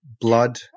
Blood